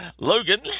Logan